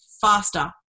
faster